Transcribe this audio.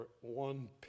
one